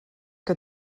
que